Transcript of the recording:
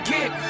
Get